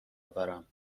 آورم